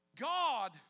God